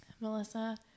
Melissa